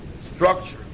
structure